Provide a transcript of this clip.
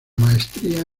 maestría